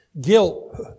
Guilt